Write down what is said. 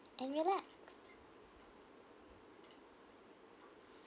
and relax